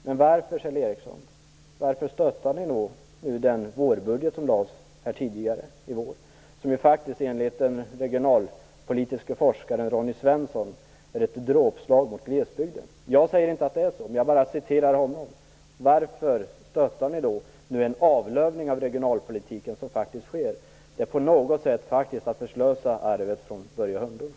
Men varför, Kjell Ericsson, varför stöttar ni då den vårbudget som lades fram tidigare i vår och som faktiskt enligt en regionalpolitisk forskare är ett dråpslag mot glesbygden? Jag säger inte att det är så - jag bara citerar denne forskare. Varför stöttar ni den avlövning av regionalpolitiken som nu faktiskt sker? Det är på något sätt att förslösa arvet från Börje Hörnlund.